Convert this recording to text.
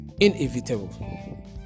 inevitable